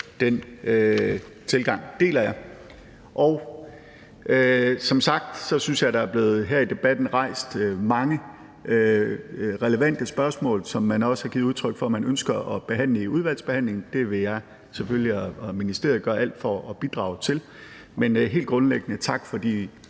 Den tilgang deler jeg. Som sagt synes jeg, at der her i debatten er blevet rejst mange relevante spørgsmål, som man også har givet udtryk for at man ønsker at behandle i udvalgsbehandlingen, og det vil jeg og ministeriet selvfølgelig gøre alt for at bidrage til. Men helt grundlæggende vil jeg